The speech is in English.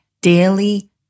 daily